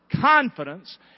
confidence